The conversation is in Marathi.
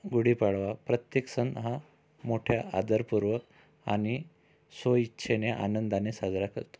गुढीपाडवा प्रत्येक सण हा मोठ्या आदरपूर्वक आणि स्वइच्छेने आनंदाने साजरा करतो